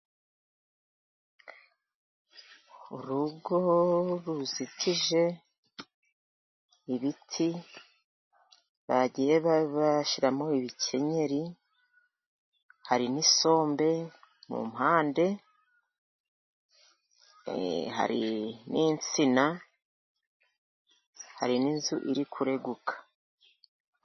Urugo ruzitije ibiti bagiye bashyiramo ibikenyeri, hari n'isombe mu mpande, hari n'insina, hari n'inzu iri kureguka.